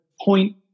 point